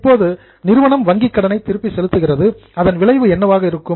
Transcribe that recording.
இப்போது நிறுவனம் வங்கிக் கடனை திருப்பி செலுத்துகிறது அதன் விளைவு என்னவாக இருக்கும்